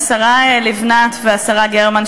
השרה לבנת והשרה גרמן,